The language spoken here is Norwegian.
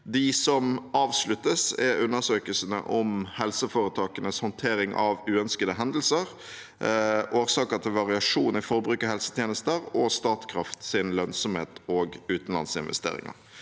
De som avsluttes, er undersøkelsene om helseforetakenes håndtering av uønskede hendelser, årsaker til variasjon i forbruk av helsetjenester og Statkrafts lønnsomhet og utenlandsinvesteringer.